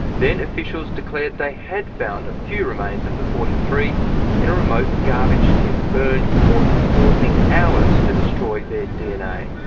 then officials declared they had found a few remains of the forty three in a remote garbage tip, burned for more than fourteen hours to destroy their dna.